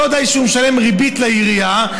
לא די שהוא משלם ריבית לעירייה,